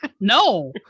No